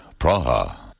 Praha